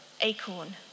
acorn